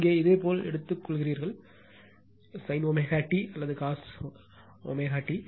இங்கே இதேபோல் எடுத்துக்கொள்கிறார்கள் sin ω t அல்லது cosine ω t